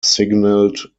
signalled